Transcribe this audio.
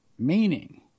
Meaning